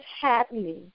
happening